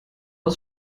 aus